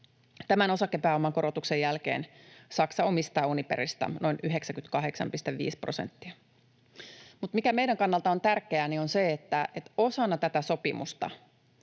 Tämän osakepääoman korotuksen jälkeen Saksa omistaa Uniperistä noin 98,5 prosenttia. Mutta meidän kannalta tärkeää on se, että osana tätä sopimusta